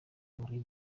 muri